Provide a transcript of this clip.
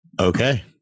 Okay